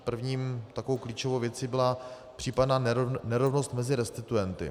První takovou klíčovou věcí byla případná nerovnost mezi restituenty.